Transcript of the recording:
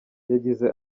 yagize